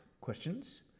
Questions